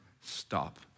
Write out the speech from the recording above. Stop